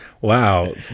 wow